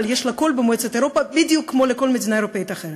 אבל יש לה קול במועצת אירופה בדיוק כמו לכל מדינה אירופית אחרת.